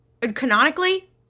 canonically